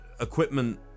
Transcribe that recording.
equipment